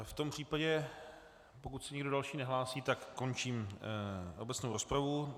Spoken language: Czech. V tom případě, pokud se nikdo další nehlásí, tak končím obecnou rozpravu.